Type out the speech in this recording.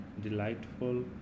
delightful